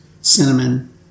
cinnamon